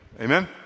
Amen